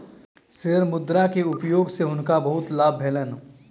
share मुद्रा के उपयोग सॅ हुनका बहुत लाभ भेलैन